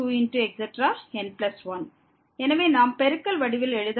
xn11⋅2⋅⋯⋅n1 எனவே நாம் பெருக்கல் வடிவில் எழுத முடியும்